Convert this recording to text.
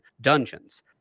dungeons